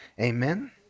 Amen